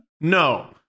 no